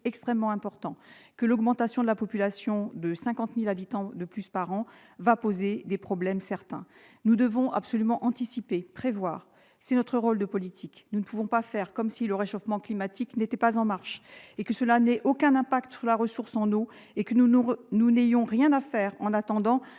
extrêmement important. Enfin, l'augmentation de la population de 50 000 habitants par an va poser des problèmes certains. Nous devons absolument anticiper et prévoir ; c'est notre rôle de politiques. Nous ne pouvons pas faire comme si le réchauffement climatique n'était pas en marche et qu'il n'avait aucun impact sur la ressource en eau. Ne faisons pas comme si nous